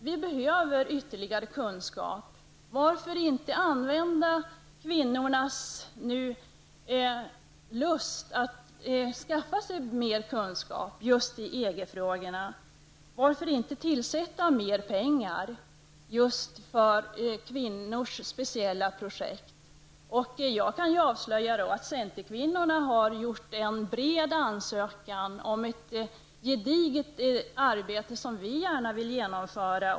Vi behöver ytterligare kunskap. Varför inte använda kvinnors lust att skaffa sig mer kunskaper om just EG frågorna? Varför inte tillsätta mer pengar för kvinnors särskilda projekt. Jag kan avslöja att centerkvinnorna har gjort en bred ansökan om ett gediget arbete som vi gärna vill genomföra.